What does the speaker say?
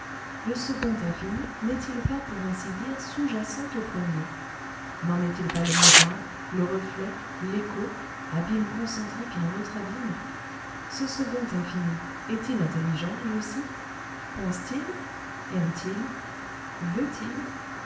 le second infini n'est-il pas pour ainsi dire sous-jacent au premier n'en est-il pas le miroir le reflet l'écho abîme concentrique à un autre abîme ce second infini est-il intelligent lui aussi pense-t-il aime-t-il veut-il